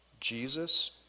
Jesus